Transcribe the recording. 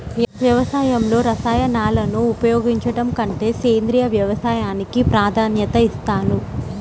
వ్యవసాయంలో రసాయనాలను ఉపయోగించడం కంటే సేంద్రియ వ్యవసాయానికి ప్రాధాన్యత ఇస్తారు